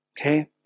okay